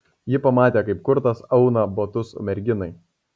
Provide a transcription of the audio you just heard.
ji pamatė kaip kurtas auna batus merginai